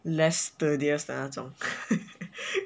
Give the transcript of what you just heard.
less studious 的那种